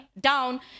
down